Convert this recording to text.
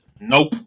nope